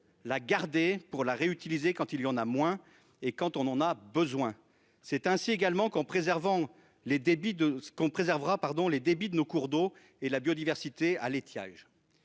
la garder pour la réutiliser quand il y en a moins et quand on en a besoin : c'est ainsi que nous préserverons les débits de nos cours d'eau et la biodiversité à l'étiage.